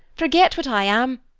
forget what i am,